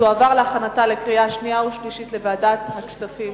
לוועדת הכספים